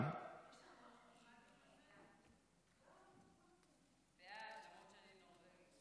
חבר הכנסת מיכאל מלכיאלי,